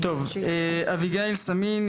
אביגיל סאמין,